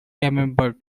camembert